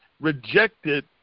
rejected